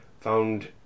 found